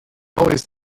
always